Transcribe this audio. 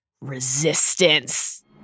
Resistance